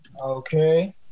Okay